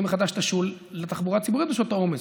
מחדש את השול לתחבורה ציבורית בשעות העומס.